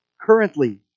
currently